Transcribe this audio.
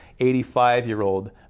85-year-old